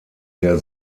der